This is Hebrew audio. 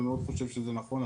ומאוד חושב שזה נכון.